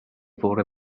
fore